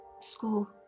school